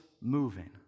moving